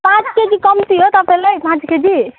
पाँच केजी कम्ती हो तपाईँलाई पाँच केजी